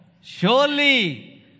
Surely